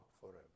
forever